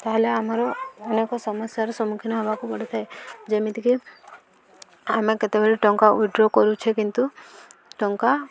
ତାହେଲେ ଆମର ଅନେକ ସମସ୍ୟାର ସମ୍ମୁଖୀନ ହବାକୁ ପଡ଼ିଥାଏ ଯେମିତିକି ଆମେ କେତେବେଳେ ଟଙ୍କା ୱିଡ୍ର କରୁଛେ କିନ୍ତୁ ଟଙ୍କା